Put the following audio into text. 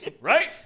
Right